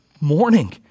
morning